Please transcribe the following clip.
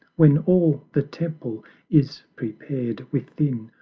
when all the temple is prepared within,